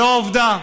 זו עובדה,